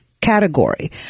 category